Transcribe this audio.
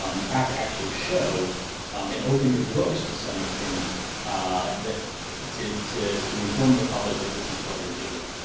um you have to actually show and open your books to some extent that to to inform the public that this is what you're doing.